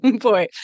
boy